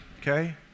Okay